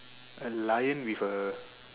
a lion with a